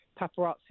paparazzi